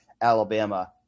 Alabama